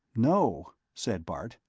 no, said bart,